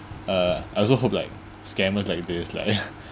uh I also hope like scammers like this like